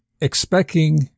expecting